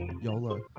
YOLO